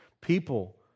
People